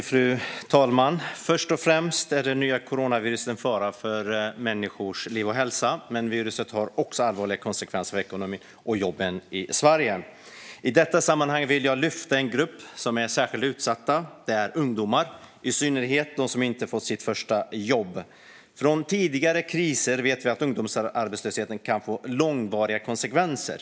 Fru talman! Först och främst är det nya coronaviruset en fara för människors liv och hälsa, men viruset får också allvarliga konsekvenser för ekonomin och jobben i Sverige. I detta sammanhang vill jag lyfta fram en grupp som är särskilt utsatt, nämligen ungdomar, i synnerhet de som inte fått sitt första jobb. Från tidigare kriser vet vi att ungdomsarbetslösheten kan få långvariga konsekvenser.